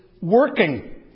working